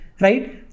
Right